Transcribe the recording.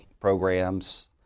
programs